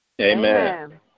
Amen